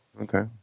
Okay